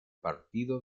partido